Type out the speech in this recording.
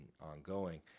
ongoing